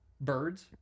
Birds